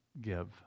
give